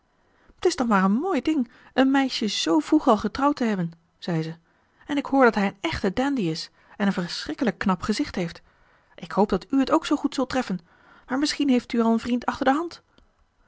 t is toch maar een mooi ding een meisje zoo vroeg al getrouwd te hebben zei ze en ik hoor dat hij een echte dandy is en een verschrikkelijk knap gezicht heeft ik hoop dat u het ook zoo goed zult treffen maar misschien hebt u al een vriend achter de hand